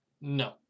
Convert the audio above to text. No